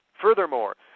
furthermore